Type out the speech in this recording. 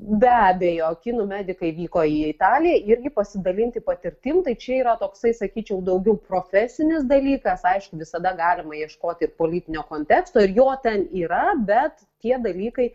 be abejo kinų medikai vyko į italiją irgi pasidalinti patirtim tai čia yra toksai sakyčiau daugiau profesinis dalykas aišku visada galima ieškoti politinio konteksto ir jo ten yra bet tie dalykai